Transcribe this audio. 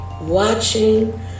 watching